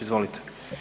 Izvolite.